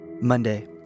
Monday